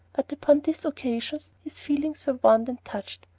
but upon this occasion his feelings were warmed and touched,